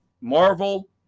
Marvel